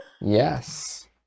Yes